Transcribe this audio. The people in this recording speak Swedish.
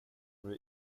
blir